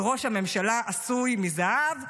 וראש הממשלה עשוי מזהב,